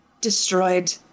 Destroyed